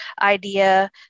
idea